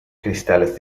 cristales